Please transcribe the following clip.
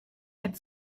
had